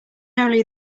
only